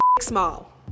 small